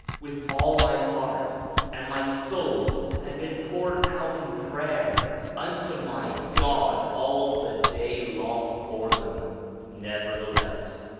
with all my heart and my soul had been poured out in prayer unto my god all the day long for them nevertheless,